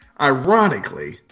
ironically